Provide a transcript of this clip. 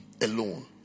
Alone